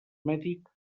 mèdic